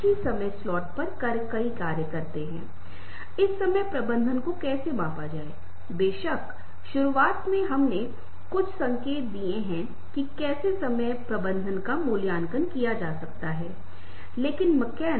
जब हम प्रस्तुतियों के दृश्य आयामों के बारे में बात करते हैं तो हम इस पर विस्तार से चर्चा करेंगे लेकिन यहां एक छोटा सा उदाहरण है कि आप प्रस्तुति को कैसे देखते हैं आप बस उस पृष्ठभूमि का रंग को देखते है अग्रभूमि रंग पृष्ठभूमि छवि और अग्रभूमि छवि बहुत सरल लगती है